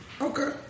Okay